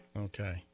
Okay